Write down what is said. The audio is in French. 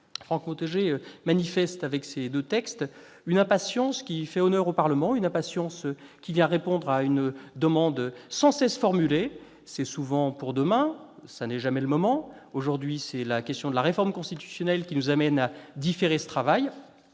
utile. Il manifeste, avec ses deux textes, une impatience qui fait honneur au Parlement et qui vient répondre à une demande sans cesse formulée : c'est souvent « pour demain », ce n'est jamais le moment ... Aujourd'hui, c'est la question de la réforme constitutionnelle qui nous amène à différer ce travail.